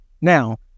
Now